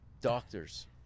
doctors